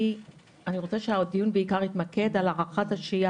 אני רוצה שהדיון בעיקר יתמקד על הארכת השהייה